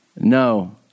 no